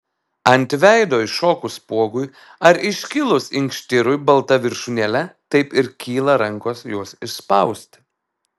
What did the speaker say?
ant veido iššokus spuogui ar iškilus inkštirui balta viršūnėle taip ir kyla rankos juos išspausti